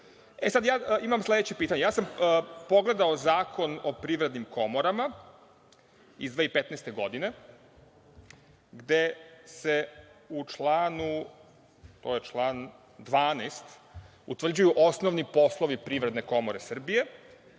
polažu. Imam sledeće pitanje. Ja sam pogledao Zakon o privrednim komorama iz 2015. godine, gde se u članu 12. utvrđuju osnovni poslovi Privredne komore Srbije,